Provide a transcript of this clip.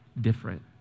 different